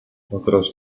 otras